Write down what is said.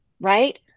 right